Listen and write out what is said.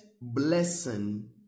blessing